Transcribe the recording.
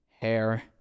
hair